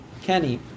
Kenny